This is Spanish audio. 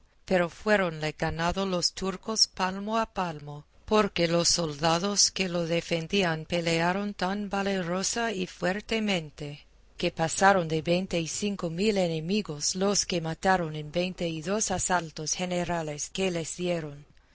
pero fuéronle ganando los turcos palmo a palmo porque los soldados que lo defendían pelearon tan valerosa y fuertemente que pasaron de veinte y cinco mil enemigos los que mataron en veinte y dos asaltos generales que les dieron